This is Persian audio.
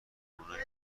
اونایی